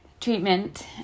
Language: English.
treatment